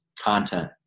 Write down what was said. content